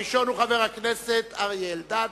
הראשון הוא חבר הכנסת אריה אלדד,